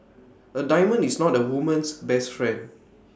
A diamond is not A woman's best friend